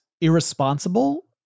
irresponsible